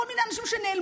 כל מיני אנשים שנעלמו,